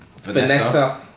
Vanessa